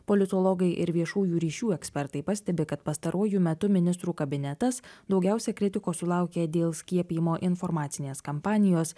politologai ir viešųjų ryšių ekspertai pastebi kad pastaruoju metu ministrų kabinetas daugiausia kritikos sulaukė dėl skiepijimo informacinės kampanijos